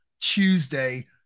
Tuesday